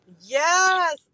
yes